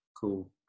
Cool